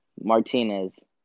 Martinez